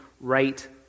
right